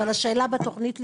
אבל השאלה בתוכנית לימודית,